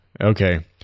Okay